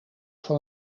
van